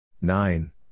Nine